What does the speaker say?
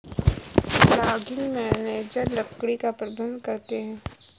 logging manager लकड़ी का प्रबंधन करते है